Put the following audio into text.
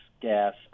gas